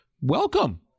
Welcome